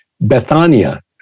Bethania